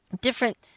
different